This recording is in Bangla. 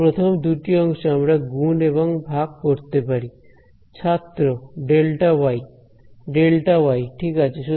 তাই প্রথম দুটি অংশে আমরা গুণ এবং ভাগ করতে পারি ছাত্র Δy Δy ঠিক আছে